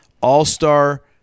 all-star